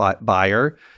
buyer